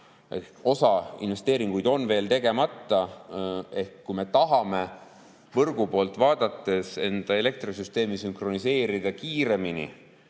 Osa investeeringuid on veel tegemata. Kui tahame võrgu poolt vaadates enda elektrisüsteemi sünkroniseerida kiiremini